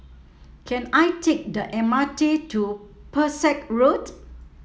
can I take the M R T to Pesek Road